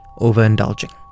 overindulging